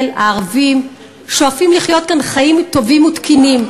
הערבים שואפים לחיות כאן חיים טובים ותקינים.